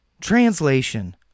Translation